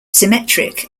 symmetric